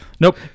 Nope